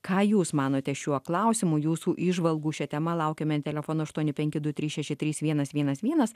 ką jūs manote šiuo klausimu jūsų įžvalgų šia tema laukiame telefonu aštuoni penki du trys šeši trys vienas vienas vienas